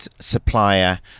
supplier